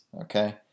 Okay